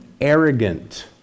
arrogant